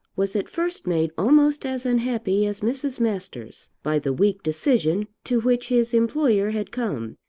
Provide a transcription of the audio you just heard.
was at first made almost as unhappy as mrs. masters by the weak decision to which his employer had come,